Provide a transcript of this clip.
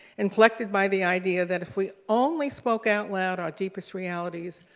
and collected by the idea that if we only spoke out loud our deepest realities,